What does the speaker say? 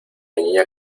niña